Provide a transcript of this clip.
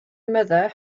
mother